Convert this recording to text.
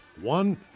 One